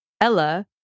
Ella